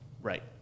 Right